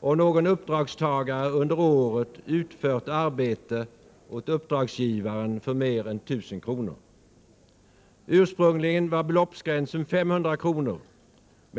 om någon uppdragstagare under året utfört arbete åt uppdragsgivaren för mer än 1 000 kr. Ursprungligen var beloppsgränsen 500 kr.